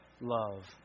love